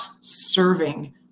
serving